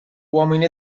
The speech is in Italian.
uomini